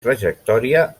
trajectòria